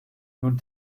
nun